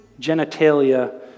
genitalia